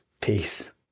Peace